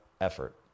effort